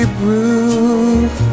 brew